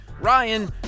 Ryan